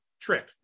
trick